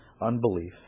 unbelief